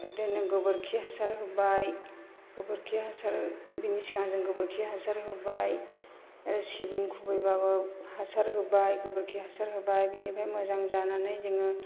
इदिनो गोबोरखि हासार होबाय गोबोरखि हासार बिनि सिगां जों गोबोरखि हासार होबाय आरो सिबिं खुबैब्लाबो हासार होबाय गोबोरखि हासार होबाय बिनिफ्राय मोजां जानानै जोङो